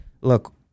look